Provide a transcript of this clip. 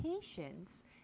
patience